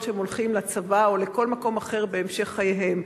כשהם הולכים לצבא או לכל מקום אחר בהמשך חייהם.